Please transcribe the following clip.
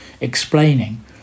explaining